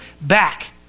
back